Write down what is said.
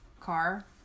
car